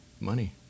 money